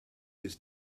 his